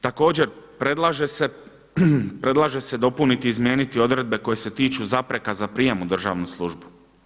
Također predlaže se dopuniti i izmijeniti odredbe koje se tiču zapreka za prijem u državnu službu.